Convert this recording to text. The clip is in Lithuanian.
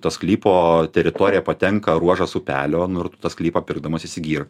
tą sklypo teritoriją patenka ruožas upelio nu ir tu tą sklypą pirkdamas įsigyji ir